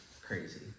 crazy